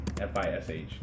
F-I-S-H